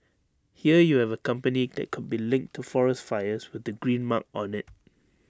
here you have A company that could be linked to forest fires with the green mark on IT